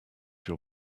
your